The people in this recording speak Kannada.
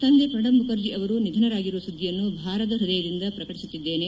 ತಂದೆ ಪ್ರಣಬ್ ಮುಖರ್ಜಿ ಅವರು ನಿಧನರಾಗಿರುವ ಸುದ್ದಿಯನ್ನು ಭಾರದ ಹೃದಯದಿಂದ ಪ್ರಕಟಿಸುತ್ತಿದ್ದೇನೆ